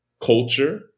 culture